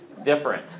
different